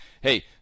hey